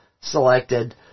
selected